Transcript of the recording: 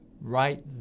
right